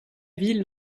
ville